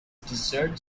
dessert